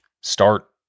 start